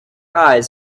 eyes